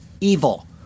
evil